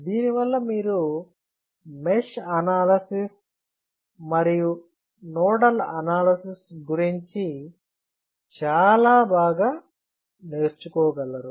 దీని వల్ల మీరు మెష్ అనాలసిస్ మరియు నోడల్ అనాలసిస్ గురించి చాలా బాగా నేర్చుకోగలరు